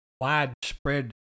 widespread